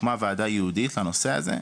הוקמה ועדה ייעודית לנושא הזה,